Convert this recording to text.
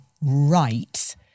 right